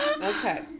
Okay